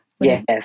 Yes